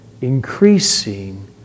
increasing